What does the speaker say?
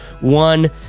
one